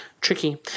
Tricky